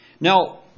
Now